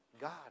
God